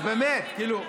אז באמת, כאילו,